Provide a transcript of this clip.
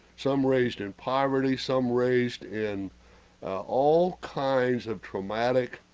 some raised in poverty, some raised, and all kinds of traumatic